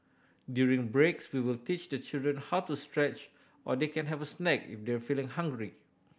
during breaks we will teach the children how to stretch or they can have a snack if they're feeling hungry